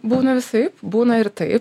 būna visaip būna ir taip